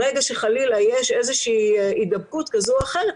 ברגע שחלילה יש איזושהי הידבקות כזו או אחרת,